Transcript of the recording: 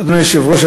אדוני היושב-ראש,